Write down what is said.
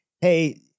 hey